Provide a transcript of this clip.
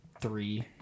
three